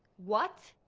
what?